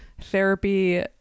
therapy